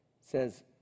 says